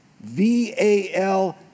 V-A-L